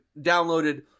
downloaded